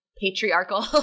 patriarchal